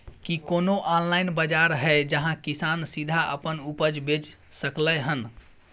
की कोनो ऑनलाइन बाजार हय जहां किसान सीधा अपन उपज बेच सकलय हन?